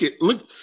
look